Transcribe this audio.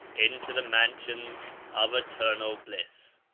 into the mansions of eternal bliss.